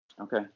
Okay